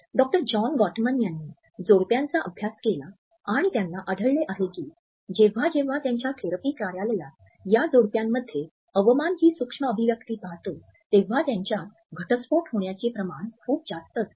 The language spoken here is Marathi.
डॉक्टर जॉन गॉटमन यांनी जोडप्यांचा अभ्यास केला आणि त्यांना आढळले आहे की जेव्हा जेव्हा त्याच्या थेरपी कार्यालयात या जोडप्यांमध्ये अवमान ही सूक्ष्म अभिव्यक्ति पाहतो तेव्हा त्यांच्यात घटस्फोट होण्याचे प्रमाण खूप जास्त असते